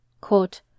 Quote